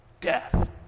death